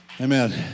Amen